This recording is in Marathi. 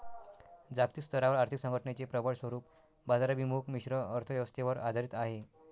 जागतिक स्तरावर आर्थिक संघटनेचे प्रबळ स्वरूप बाजाराभिमुख मिश्र अर्थ व्यवस्थेवर आधारित आहे